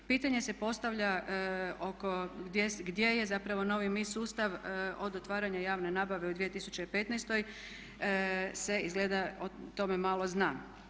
Pitanje se postavlja oko, gdje je zapravo novi MI sustav od otvaranja javne nabave u 2015. se izgleda o tome malo zna.